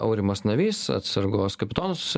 aurimas navys atsargos kapitonas